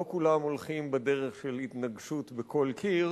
לא כולם הולכים בדרך של התנגשות בכל קיר.